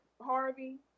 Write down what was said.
Harvey